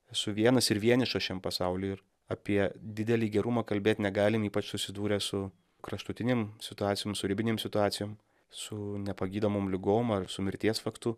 esu vienas ir vienišas šiam pasauly ir apie didelį gerumą kalbėt negalim ypač susidūrę su kraštutinėm situacijom su ribinėm situacijom su nepagydomom ligom ar su mirties faktu